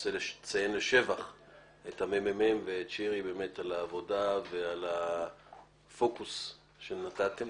רוצה לציין לשבח את הממ"מ ואת שירי באמת על העבודה ועל הפוקוס שנתתם.